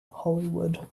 hollywood